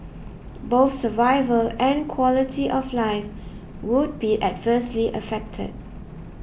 both survival and quality of life would be adversely affected